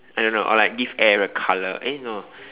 I don't know or like give air a colour eh no